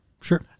sure